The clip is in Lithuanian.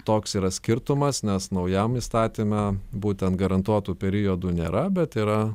toks yra skirtumas nes naujam įstatyme būtent garantuotų periodų nėra bet yra